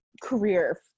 career